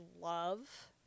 love